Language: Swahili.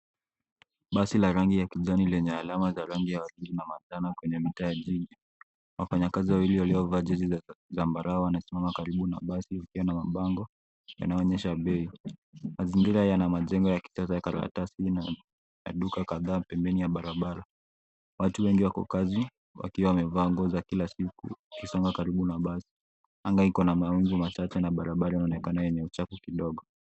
Basi la rangi ya kijani lenye alama za rangi ya waridi na manjano kwenye mitaa ya jiji. Wafanyikazi wawili waliovaa jezi za zambarau wanasimama karibu na basi, wakiwa na mabango yanayoonyesha bei. Mazingira yana majengo ya kisasa ya karatasi na duka kadhaa pembeni ya barabara. Watu wengi wako kazi, wakiwa wamevaa nguo za kila siku, wakisonga karibu na basi. Anga iko na mawingu machache, na barabara inaonekana yenye uchafu kidogo.